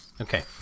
Okay